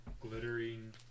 Glittering